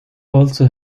also